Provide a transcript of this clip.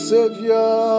Savior